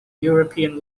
european